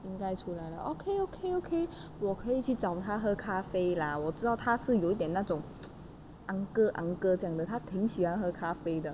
应该出来了 okay okay okay 我可以去找他喝咖啡 lah 我知道他是有点那种 uncle uncle 这样的他挺喜欢喝咖啡的